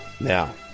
Now